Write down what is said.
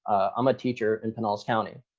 i'm a teacher in pinellas county.